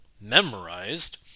memorized